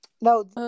No